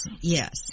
yes